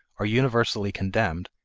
are universally condemned,